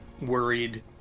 worried